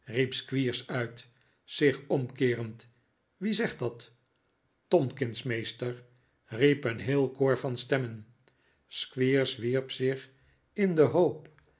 uit zich omkeerend wie zegt dat tomkins meester riep een heel koor van stemmen squeers wierp zich in den hoop